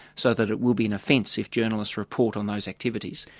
so that it will be an offence if journalists report on those activities.